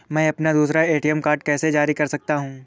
मैं अपना दूसरा ए.टी.एम कार्ड कैसे जारी कर सकता हूँ?